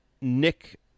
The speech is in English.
Nick